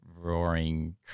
roaring